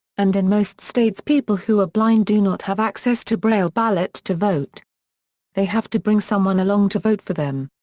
and in most states people who are blind do not have access to braille ballot to vote they have to bring someone along to vote for them.